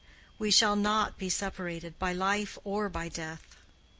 we shall not be separated by life or by death.